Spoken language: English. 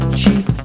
cheap